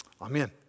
Amen